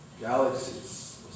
galaxies